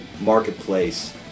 marketplace